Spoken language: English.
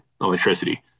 electricity